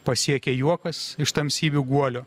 pasiekia juokas iš tamsybių guolio